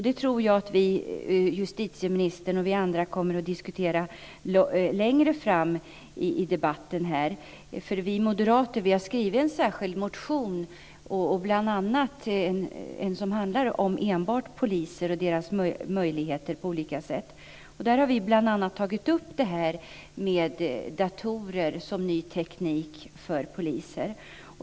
Det tror jag att justitieministern och vi andra kommer att diskutera längre fram i debatten, för vi moderater har skrivit en särskild motion som enbart handlar om poliser och deras olika möjligheter. Där har vi bl.a. tagit upp detta med datorer som ny teknik för poliser.